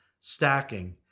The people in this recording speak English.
stacking